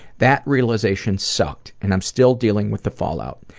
that realization sucked, and i'm still dealing with the fallout.